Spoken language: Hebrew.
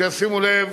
שישימו לב